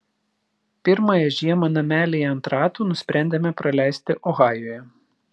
pirmąją žiemą namelyje ant ratų nusprendėme praleisti ohajuje